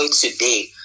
today